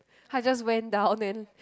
I just went down and